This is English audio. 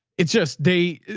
it's just, they,